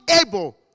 able